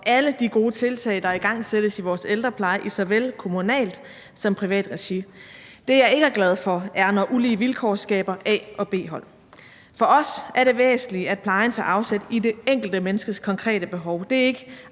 alle de gode tiltag, der igangsættes i vores ældrepleje i såvel kommunalt som privat regi. Det, jeg ikke er glad for, er, når ulige vilkår skaber A- og B-hold. For os er det væsentlige, at plejen tager afsæt i det enkelte menneskes konkrete behov. Det er ikke